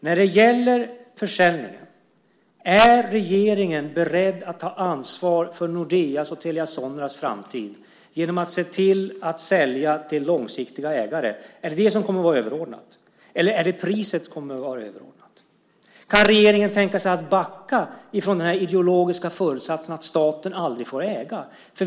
När det gäller försäljningen undrar jag: Är regeringen beredd att ta ansvar för Nordeas och Telia Soneras framtid genom att sälja till långsiktiga ägare? Kommer det att vara överordnat, eller är det priset som kommer att vara överordnat? Kan regeringen tänka sig att backa från den ideologiska föresatsen att staten aldrig får äga?